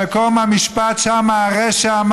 "מקום המשפט שמה הרשע",